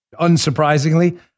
unsurprisingly